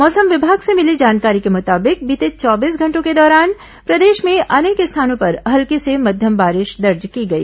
मौसम विमाग से मिली जानकारी के मुताबिक बीते चौबीस घंटों के दौरान प्रदेश में अनेक स्थानों पर हल्की से मध्यम बारिश दर्ज की गई